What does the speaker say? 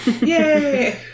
Yay